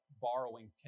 borrowing